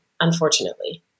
unfortunately